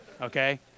Okay